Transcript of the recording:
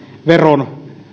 veron